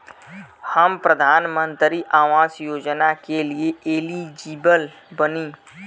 हम प्रधानमंत्री आवास योजना के लिए एलिजिबल बनी?